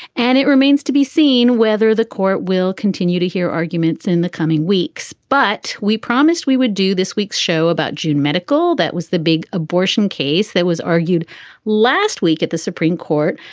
and it remains to be seen whether the court will continue to hear arguments in the coming weeks. but we promised we would do this week's show about june medical. that was the big abortion case that was argued last week at the supreme court.